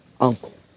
uncle